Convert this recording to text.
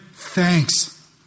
Thanks